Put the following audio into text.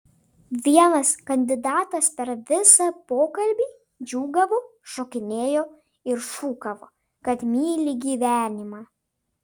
vienas kandidatas per visą pokalbį džiūgavo šokinėjo ir šūkavo kad myli gyvenimą